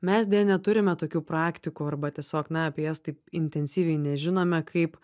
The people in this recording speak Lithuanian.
mes deja neturime tokių praktikų arba tiesiog na apie jas taip intensyviai nežinome kaip